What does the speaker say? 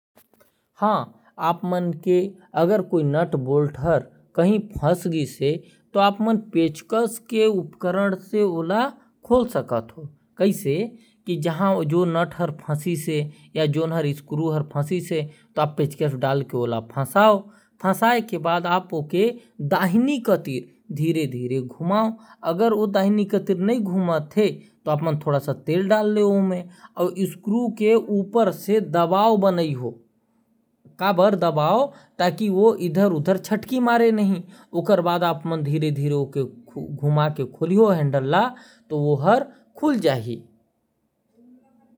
हां अगर आप के नट बोल्ट हर कहीं फंस गाइस है। तो ओला आप मन पेचकस के सहायता से खोल सकत ह। पेचकस ल नट में फंसा के ओला धीरे धीरे दाई और घुमाओ और पेचकस के ऊपर दबाओ बनाओ। दबाओ ताकि ओहर इधर उधर छटके न और धीरे धीरे घुमाए से ओहार खुल जाहि।